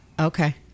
okay